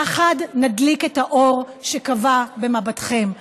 יחד נדליק את האור שכבה במבטכם.